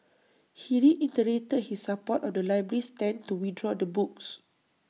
he reiterated his support of the library's stand to withdraw the books